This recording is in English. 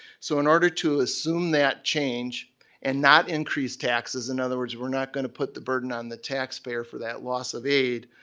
so in order to assume that change and not increase taxes. in other words, we're not going to put the burden on the taxpayer for that loss of aid.